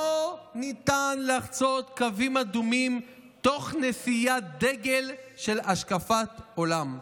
לא ניתן לחצות קווים אדומים תוך נשיאת דגל של השקפת עולם."